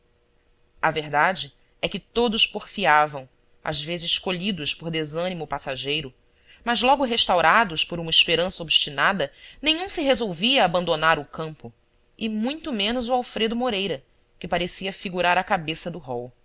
a verdade é que todos porfiavam às vezes colhidos por desânimo passageiro mas logo restaurados por uma esperança obstinada nenhum se resolvia a abandonar o campo e muito menos o alfredo moreira que parecia figurar a cabeça do rol